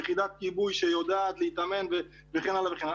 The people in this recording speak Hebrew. יחידת כיבוי שיודעת להתאמן וכן הלאה וכן הלאה,